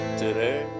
today